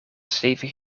stevig